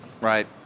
Right